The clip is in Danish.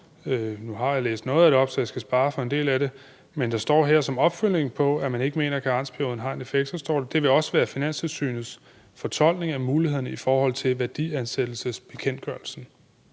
Nu har jeg læst noget af deres konklusion op, så jeg skal spare spørgeren for en del af det, men der står her som opfølgning på, at man ikke mener, at karensperioden har effekt, at det også vil være Finanstilsynets fortolkning af muligheden i forhold til værdiansættelsesbekendtgørelsen.